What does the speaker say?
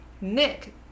Nick